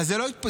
אז זה לא פורסם.